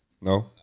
No